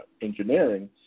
engineering